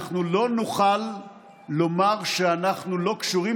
אנחנו לא נוכל לומר שאנחנו לא קשורים